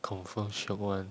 confirm shiok one